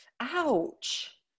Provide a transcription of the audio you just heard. ouch